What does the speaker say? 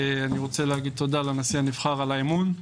אני רוצה להגיד תודה לנשיא הנבחר על האמון,